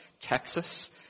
Texas